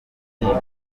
nibura